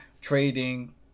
Trading